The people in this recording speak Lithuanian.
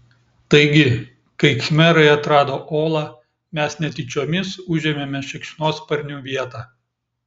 taigi kai khmerai atrado olą mes netyčiomis užėmėme šikšnosparnių vietą